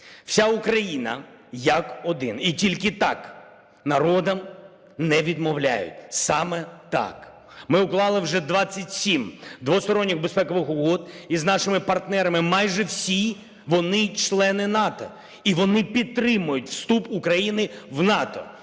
вся Україна як один. І тільки так, народам не відмовляють, саме так. Ми уклали вже 27 двосторонніх безпекових угод із нашими партнерами. Майже всі вони члени НАТО і вони підтримують вступ України в НАТО.